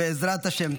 בעזרת השם.